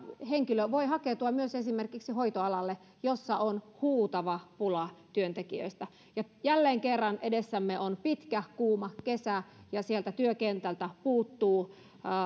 henkilö voi hakeutua myös esimerkiksi hoitoalalle jossa on huutava pula työntekijöistä jälleen kerran edessämme on pitkä kuuma kesä ja sieltä työkentältä puuttuu